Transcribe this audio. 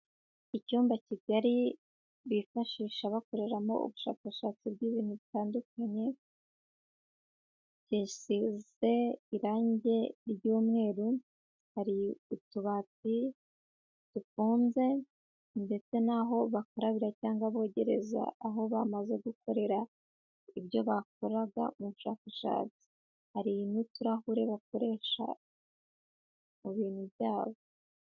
Icyumba kigari bifashisha bakoreramo ubushakashatsi bw'ibintu bitandukanye, gisize irangi ry'umweru, hari utubati dufunze ndetse n'aho bakarabira cyangwa bogereza, aho bamaze gukorera ibyo bakoraga mu bushakashatsi, hari n'uturahure bakoresha mu bintu byabo.